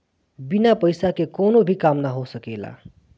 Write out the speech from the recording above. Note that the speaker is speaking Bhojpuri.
बिना पईसा के कवनो भी काम ना हो सकेला